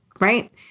right